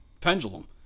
pendulum